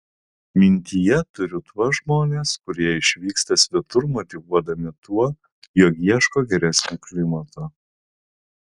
mintyje turiu tuos žmones kurie išvyksta svetur motyvuodami tuo jog ieško geresnio klimato